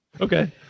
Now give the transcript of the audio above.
Okay